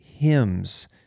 Hymns